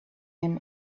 him